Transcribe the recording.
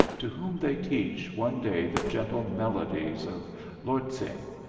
to whom they teach one day the gentle melodies of lortzing,